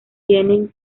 tienen